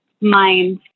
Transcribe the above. mind